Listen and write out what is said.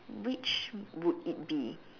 which would it be